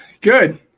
good